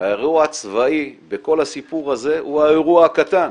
האירוע הצבאי בכל הסיפור הזה הוא האירוע הקטן,